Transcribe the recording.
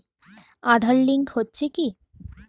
Aadhaar link হচ্ছে কি?